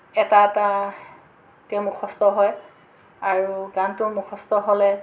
এটা এটাকৈ মুখস্ত হয় আৰু গানটোৰ মুখস্ত হ'লে